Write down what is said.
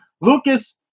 Lucas